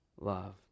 love